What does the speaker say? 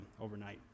overnight